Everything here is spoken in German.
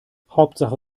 hauptsache